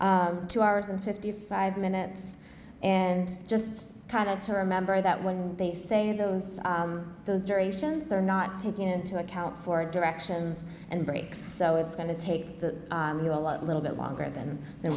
s two hours and fifty five minutes and just kind of to remember that when they say those those durations they're not taking into account for directions and breaks so it's going to take the little bit longer than wha